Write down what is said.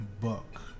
book